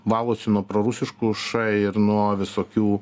valosi nuo prorusiškų š ir nuo visokių